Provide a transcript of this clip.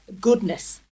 goodness